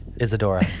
Isadora